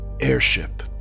airship